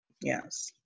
Yes